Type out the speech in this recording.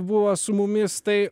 buvo su mumis tai